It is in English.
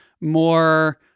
more